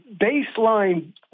baseline